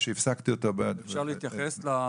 אפשר להתייחס לבעיה?